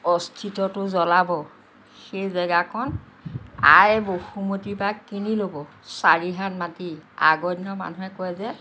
অস্থিতটো জলাব সেই জেগাখন আই বসুমতীৰ পৰা কিনি ল'ব চাৰি হাত মাটি আগৰ দিনৰ মানুহে কয় যে